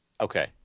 Okay